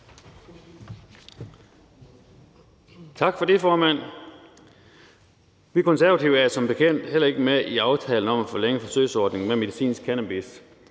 Tak for det, formand. Vi Konservative er som bekendt heller ikke med i aftalen om at forlænge forsøgsordningen med medicinsk cannabis.